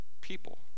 people